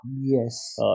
Yes